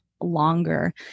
longer